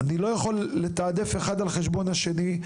אני לא יכול לתעדף אחד על חשבון השני.